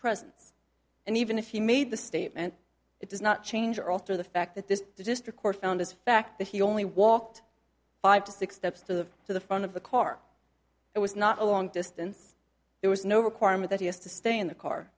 presence and even if he made the statement it does not change or alter the fact that this district court found as fact that he only walked five to six deaths to the to the front of the car it was not a long distance there was no requirement that he has to stay in the car